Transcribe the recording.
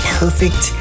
perfect